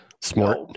smart